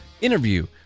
interview